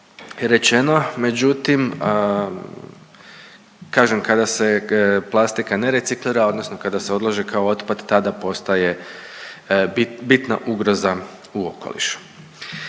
rečeno, međutim kažem kada se plastika ne reciklira odnosno kada se odlaže kao otpad tada postaje bitna ugroza u okolišu.